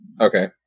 Okay